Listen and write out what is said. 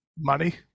money